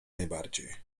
najbardziej